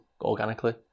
organically